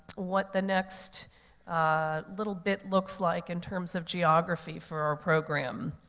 what the next little bit looks like in terms of geography for our program.